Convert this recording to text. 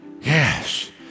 yes